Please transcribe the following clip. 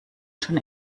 schon